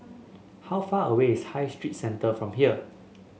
how far away is High Street Centre from here